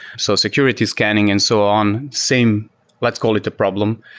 so security scanning and so on, same let's call it a problem,